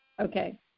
Okay